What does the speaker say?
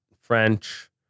French